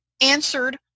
answered